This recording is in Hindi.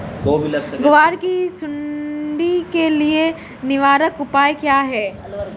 ग्वार की सुंडी के लिए निवारक उपाय क्या है?